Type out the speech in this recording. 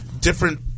different